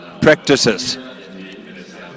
practices